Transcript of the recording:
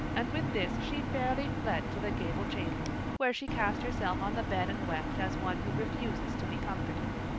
and with this she fairly fled to the gable chamber, where she cast herself on the bed and wept as one who refuses to be comforted.